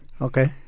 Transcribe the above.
okay